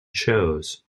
shows